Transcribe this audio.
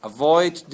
Avoid